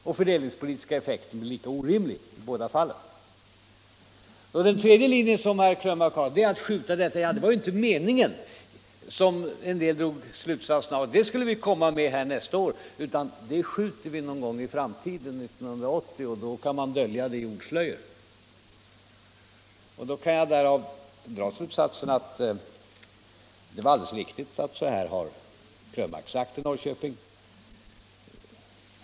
Den fördelningspolitiska effekten blir lika orimlig i båda fallen. Den tredje linjen som herr Krönmark hade var att säga att ”det var inte meningen nu, det skall vi komma med nästa år, det skjuter vi på framtiden” — då kan man dölja det i ordslöjor. Därav kan jag dra slutsatsen att det var alldeles riktigt att så här hade herr Krönmark sagt i Norrköping.